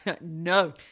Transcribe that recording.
no